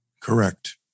Correct